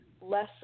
less